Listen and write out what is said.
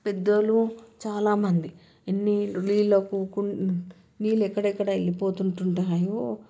పెద్ద వాళ్ళు చాలామంది ఎన్ని నీళ్ళకు నీళ్ళు ఎక్కడెక్కడ వెళ్ళిపోతుంటాయో